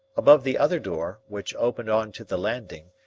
above the other door, which opened on to the landing,